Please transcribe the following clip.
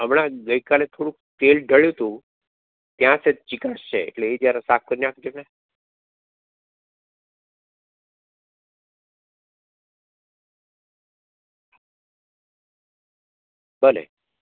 હમણાં ગઈ કાલે થોંળુંક તેલ ઢળયુતું ત્યાં સેજ ચિકાસ છે એટલે ઇ જત જરા સાફ કરી નાખજોને ભલે